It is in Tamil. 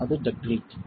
அது டக்டிலிட்டி